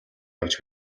явж